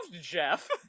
Jeff